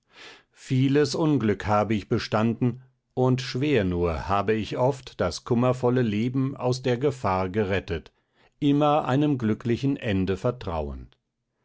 vieles unglück habe ich bestanden und schwer nur habe ich oft das kummervolle leben aus der gefahr gerettet immer einem glücklichen ende vertrauend